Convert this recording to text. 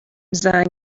زنگ